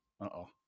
Uh-oh